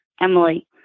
Emily